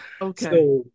Okay